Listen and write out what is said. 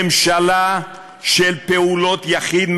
ממשלה של פעולות יחיד,